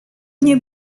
nie